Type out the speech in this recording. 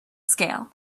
scale